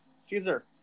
Caesar